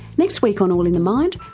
next week on all in the mind,